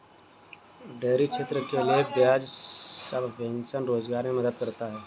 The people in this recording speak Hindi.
डेयरी क्षेत्र के लिये ब्याज सबवेंशन रोजगार मे मदद करता है